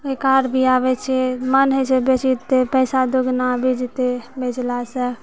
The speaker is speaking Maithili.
पहिकार भी आबै छै मन होइ छै बेचि दै छै पैसा दुगुना मिलि जेतै बेचलासँ